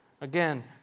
Again